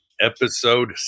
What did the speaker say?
episode